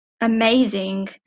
amazing